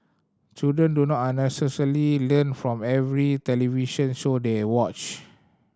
children do not unnecessarily learn from every television show they watch